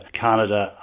Canada